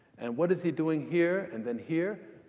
and what is he doing here? and then here?